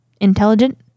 intelligent